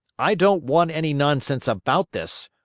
i don't want any nonsense about this,